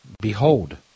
behold